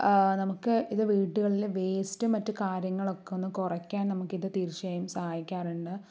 നമുക്ക് ഇത് വീടുകളിലെ വേസ്റ്റും മറ്റ് കാര്യങ്ങളൊക്കെ ഒന്ന് കുറയ്ക്കാൻ നമുക്കിത് തീർച്ചയായും സഹായിക്കാറുണ്ട്